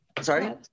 Sorry